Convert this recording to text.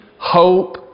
hope